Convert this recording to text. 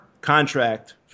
contract